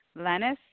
Lennis